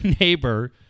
neighbor